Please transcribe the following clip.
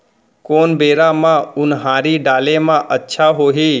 कोन बेरा म उनहारी डाले म अच्छा होही?